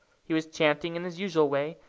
he was chanting in his usual way,